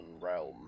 realm